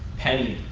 penny.